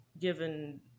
given